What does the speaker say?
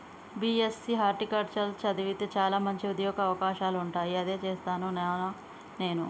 BSc horticulture చదివితే చాల మంచి ఉంద్యోగ అవకాశాలుంటాయి అదే చేస్తాను నానా నేను